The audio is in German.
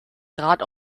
draht